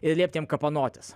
ir liepti jam kapanotis